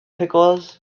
pickles